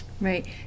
Right